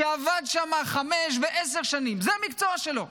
שעבד שם חמש ועשר שנים וזה המקצוע שלו,